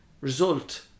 result